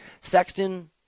Sexton